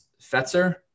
Fetzer